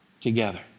together